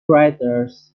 writers